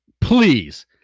please